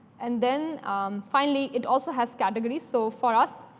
and then finally, it also has categories. so for us,